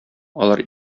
алар